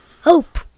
hope